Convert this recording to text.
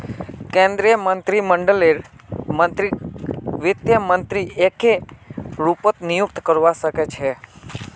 केन्द्रीय मन्त्रीमंडललेर मन्त्रीकक वित्त मन्त्री एके रूपत नियुक्त करवा सके छै